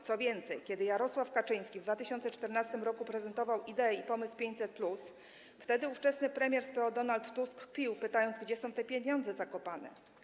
Co więcej, kiedy Jarosław Kaczyński w 2014 r. prezentował ideę, pomysł 500+, wtedy ówczesny premier z PO Donald Tusk kpił, pytając, gdzie są te pieniądze zakopane.